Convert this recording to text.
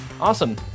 awesome